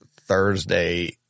Thursday